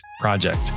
project